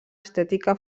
estètica